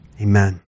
Amen